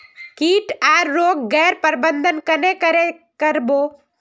किट आर रोग गैर प्रबंधन कन्हे करे कर बो?